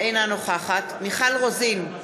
אינה נוכחת מיכל רוזין,